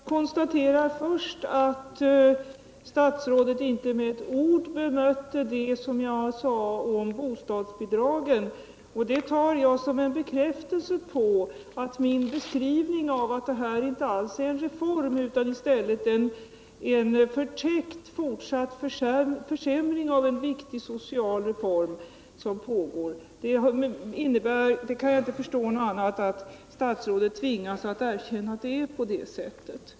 Herr talman! Jag vill för det första konstatera att statsrådet inte med ett ord bemötte det som jag sade om bostadsbidragen. Det tar jag som en bekräftelse på min beskrivning av att det här inte alls är en reform utan i stället en förtäckt fortsatt försämring av en viktig social rättighet. Det innebär — jag kan inte förstå det på något annat sätt — att statsrådet tvingas erkänna att det förhåller sig så som jag beskrivit.